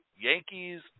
Yankees